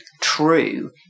true